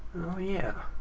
oh yeah.